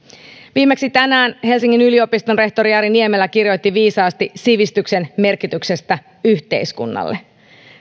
viimeksi tänään helsingin yliopiston rehtori jari niemelä kirjoitti viisaasti sivistyksen merkitysestä yhteiskunnalle